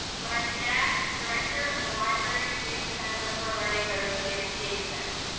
when i began as director of the library's new center for learning literacy and engagement.